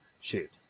shoot